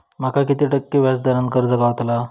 माका किती टक्के व्याज दरान कर्ज गावतला?